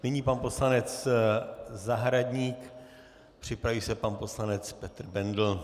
Nyní pan poslanec Zahradník, připraví se pan poslanec Petr Bendl.